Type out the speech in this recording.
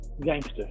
gangster